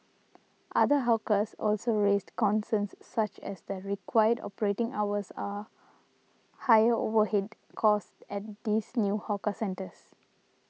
other hawkers also raised concerns such as the required operating hours are higher overhead costs at these new hawker centres